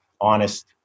honest